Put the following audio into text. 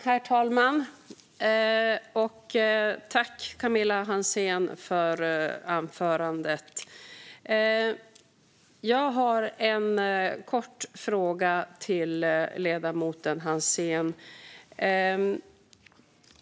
Herr talman! Tack, Camilla Hansén, för anförandet! Jag har en kort fråga till ledamoten Hansén.